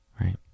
right